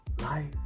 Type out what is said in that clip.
Life